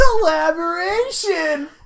collaboration